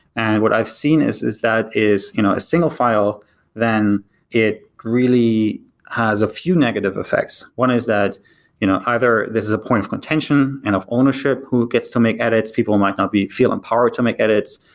and what i've seen is is that you know a single file then it really has a few negative effects. one is that you know either this is a point of contention and of ownership. who gets to make edits? people might not be feel empowered to make edits.